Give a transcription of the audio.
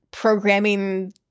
Programming